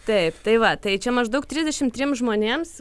taip tai va tai čia maždaug trisdešimt trim žmonėms